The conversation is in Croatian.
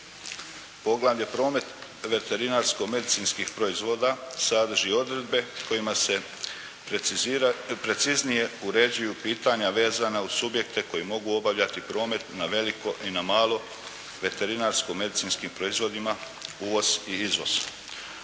Poglavlje – Promet veterinarsko-medicinskih proizvoda sadrži odredbe kojima se preciznije uređuju pitanja vezana uz subjekte koji mogu obavljati promet na veliko i na malo veterinarsko-medicinskim proizvodima, uvoz i izvoz.